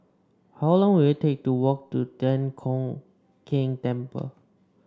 how long will it take to walk to Thian Hock Keng Temple